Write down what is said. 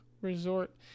resort